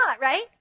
right